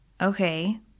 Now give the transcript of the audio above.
okay